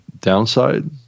downside